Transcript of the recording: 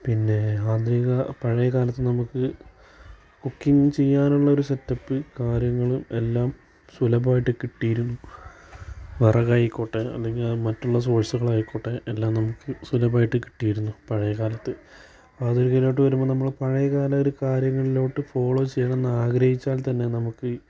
പിന്നെ ആധുനിക പഴയകാലത്ത് നമുക്ക് കുക്കിങ്ങ് ചെയ്യാനുള്ള ഒരു സെറ്റപ്പ് കാര്യങ്ങളും എല്ലാം സുലഭായിട്ട് കിട്ടിയിരുന്നു വിറകായിക്കോട്ടെ അല്ലെങ്കിൽ മറ്റുള്ള സോഴ്സ്കളായിക്കോട്ടെ എല്ലാം നമുക്ക് സുലഭായിട്ട് കിട്ടിയിരുന്നു പഴയ കാലത്ത് ആധുനികതയിലോട്ട് വരുമ്പോൾ നമ്മള് പഴയകാല ഒരു കാര്യങ്ങളിലോട്ട് ഫോളോ ചെയ്യണമെന്ന് ആഗ്രഹിച്ചാൽ തന്നെ നമുക്ക്